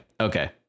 okay